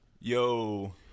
yo